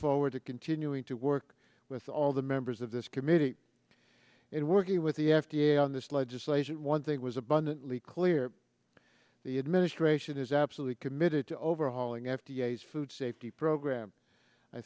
forward to continuing to work with all the members of this committee in working with the f d a on this legislation one thing was abundantly clear the administration is absolutely committed to overhauling f d a s food safety program i